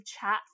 chat